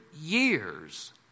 years